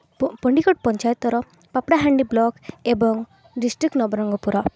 ପଣ୍ଡିକଟ ପଞ୍ଚାୟତର ପାପଡ଼ାହାଣ୍ଡି ବ୍ଲକ୍ ଏବଂ ଡିଷ୍ଟ୍ରିକ୍ଟ ନବରଙ୍ଗପୁର